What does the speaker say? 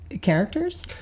characters